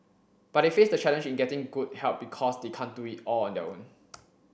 but they face the challenge in getting good help because they can't do it all on their own